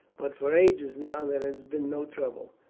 but for ages now there has been no trouble.